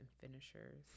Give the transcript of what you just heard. finishers